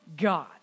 God